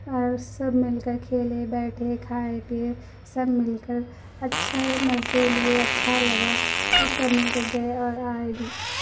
اور سب مل کر کھیلے بیٹھے کھائے پیے سب مل کر اچھے مزے لیے اچھا لگا اور سب مل کر گئے اور آئے بھی